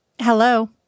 Hello